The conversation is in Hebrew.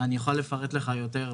אני יכול לפרט לך יותר.